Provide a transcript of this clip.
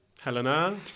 Helena